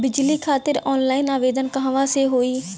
बिजली खातिर ऑनलाइन आवेदन कहवा से होयी?